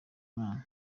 imana